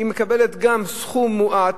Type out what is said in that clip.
היא מקבלת גם סכום מועט,